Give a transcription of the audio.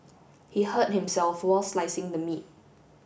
he hurt himself while slicing the meat